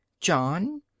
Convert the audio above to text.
John